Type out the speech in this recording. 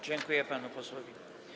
Dziękuję panu posłowi.